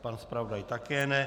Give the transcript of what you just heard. Pan zpravodaj také ne.